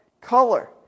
color